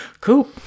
cool